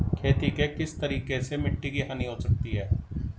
खेती के किस तरीके से मिट्टी की हानि हो सकती है?